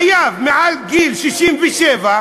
חייב מעל גיל 67,